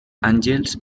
àngels